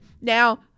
now